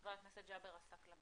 חבר הכנסת ג'אבר עסאקלה, בבקשה.